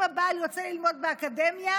אם הבעל יוצא ללמוד באקדמיה,